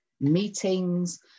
meetings